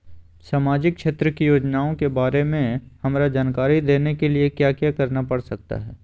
सामाजिक क्षेत्र की योजनाओं के बारे में हमरा जानकारी देने के लिए क्या क्या करना पड़ सकता है?